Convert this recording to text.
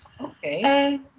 Okay